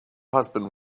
husband